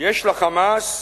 יש ל"חמאס"